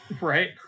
Right